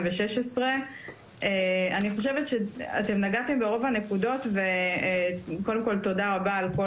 2016. נגעתם ברוב הנקודות ותודה רבה על כל